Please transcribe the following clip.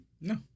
No